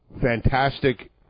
fantastic